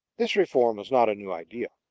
this reform was not a new idea.